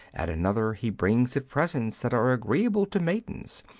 at another he brings it presents that are agreeable to maidens,